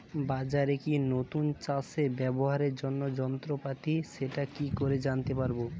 বাজারে কি নতুন চাষে ব্যবহারের জন্য যন্ত্রপাতি সেটা কি করে জানতে পারব?